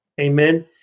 Amen